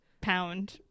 Pound